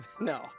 No